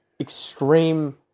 extreme